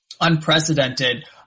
unprecedented